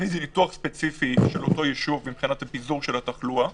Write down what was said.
איזה ניתוח ספציפי של אותו יישוב מבחינת הפיזור של התחלואה,